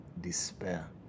despair